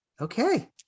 okay